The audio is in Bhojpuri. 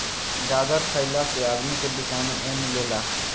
गाजर खइला से आदमी के विटामिन ए मिलेला